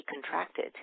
contracted